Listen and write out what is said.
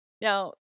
now